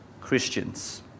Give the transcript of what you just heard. Christians